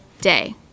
day